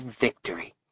victory